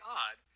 odd